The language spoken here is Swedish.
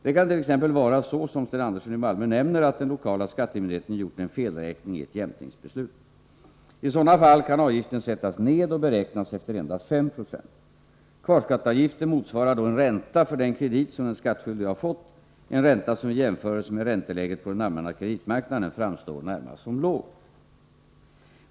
Det kan t.ex. vara så som Sten Andersson i Malmö nämner att den lokala skattemyndigheten gjort en felräkning i ett jämkningsbeslut. I sådana fall kan avgiften sättas ned och beräknas efter endast 5 7. Kvarskatteavgiften motsvarar då en ränta för den kredit som den skattskyldige fått, en ränta som vid jämförelse med ränteläget på den allmänna kreditmarknaden framstår närmast som låg.